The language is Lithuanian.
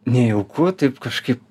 nejauku taip kažkaip